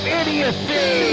idiocy